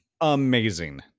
amazing